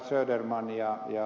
söderman ed